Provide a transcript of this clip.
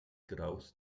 graus